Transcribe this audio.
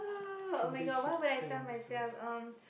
ah oh-my-god what would I tell myself um